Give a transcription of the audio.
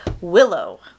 willow